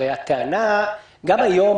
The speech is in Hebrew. הרי הטענה היא שגם היום,